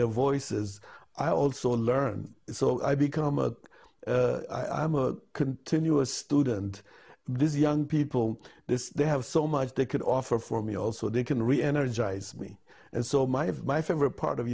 their voices i also learn so i become a i am a continuous student this young people this they have so much they could offer for me also they can reenergize me and so my have my favorite part of